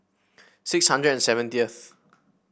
six hundred and seventieth